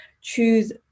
choose